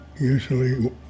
usually